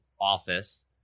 office